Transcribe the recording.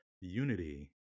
unity